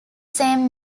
same